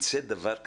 ייצא דבר כזה,